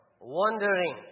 wandering